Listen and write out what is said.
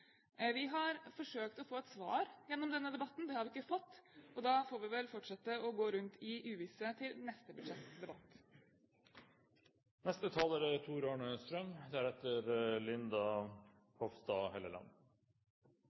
Vi har forsøkt å få et svar gjennom denne debatten. Det har vi ikke fått, og da får vi vel fortsette å gå rundt i uvisse til neste